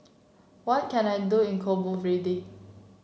what can I do in Cabo Verde